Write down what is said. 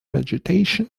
vegetation